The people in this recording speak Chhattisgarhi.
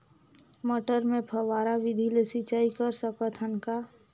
मटर मे फव्वारा विधि ले सिंचाई कर सकत हन का?